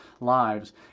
lives